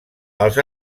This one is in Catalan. els